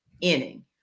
inning